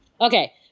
Okay